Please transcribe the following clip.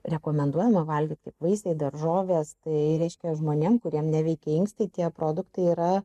rekomenduojama valgyt kaip vaisiai daržovės tai reiškia žmonėm kuriem neveikia inkstai tie produktai yra